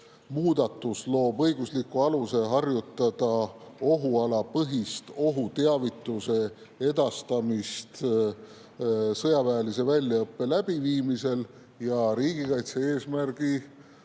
muudatus loob õigusliku aluse harjutada ohualapõhist ohuteavituse edastamist sõjaväelise väljaõppe läbiviimisel ja riigikaitse-eesmärgi